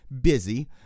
busy